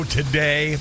today